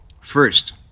First